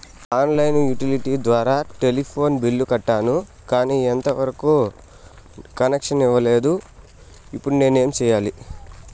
On line utility ద్వారా telephone bill కట్టాను, కానీ ఎంత వరకు కనెక్షన్ ఇవ్వలేదు, ఇప్పుడు నేను ఏమి సెయ్యాలి?